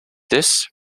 this